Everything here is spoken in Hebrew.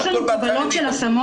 יש לנו קבלות של השמות,